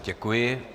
Děkuji.